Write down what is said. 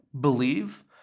believe